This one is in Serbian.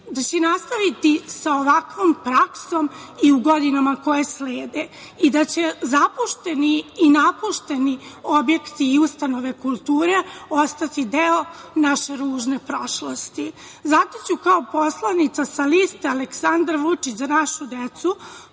nastaviti sa ovakvom praksom i u godinama koje slede, i da će zapušteni i napušteni objekti i ustanove kulture ostati deo našeg ružne prošlosti. Zato ću, kao poslanica sa liste Aleksandar Vučić – Za našu decu,